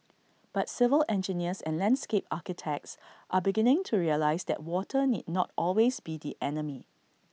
but civil engineers and landscape architects are beginning to realise that water need not always be the enemy